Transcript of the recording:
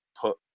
put